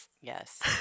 Yes